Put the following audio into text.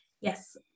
Yes